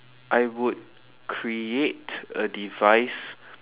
I would create a device